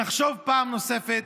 לחשוב פעם נוספת